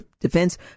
defense